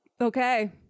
Okay